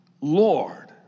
Lord